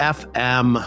fm